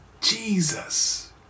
Jesus